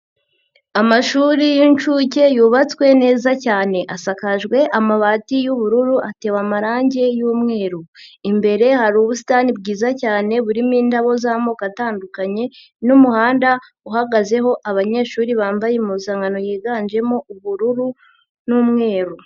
Amashuri y'inshuke yubatswe neza cyane, asakajwe amabati y'ubururu atewe amarangi y'umweru, imbere hari ubusitani bwiza cyane burimo indabo z'amoko atandukanye, n'umuhanda uhagazeho abanyeshuri bambaye impuzankano yiganjemo ubururu n'umweru.